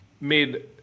made